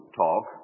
talk